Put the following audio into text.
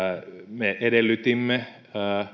me edellytimme